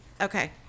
okay